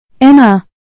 Emma